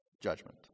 judgment